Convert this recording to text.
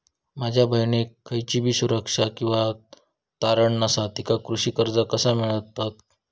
माझ्या बहिणीक खयचीबी सुरक्षा किंवा तारण नसा तिका कृषी कर्ज कसा मेळतल?